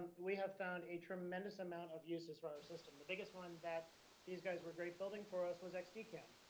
we have found a tremendous amount of uses for our systems. the biggest one that these guys were great building for us was xd can.